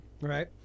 Right